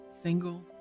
single